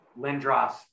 Lindros